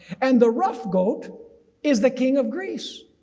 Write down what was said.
and the rough goat is the king of greece.